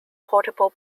portable